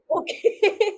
Okay